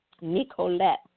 Nicolette